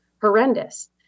horrendous